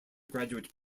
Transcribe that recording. graduate